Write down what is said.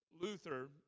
Luther